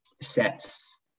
sets